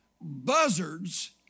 buzzards